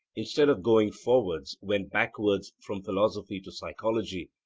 instead of going forwards went backwards from philosophy to psychology,